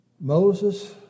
Moses